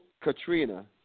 Katrina